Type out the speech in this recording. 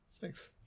Thanks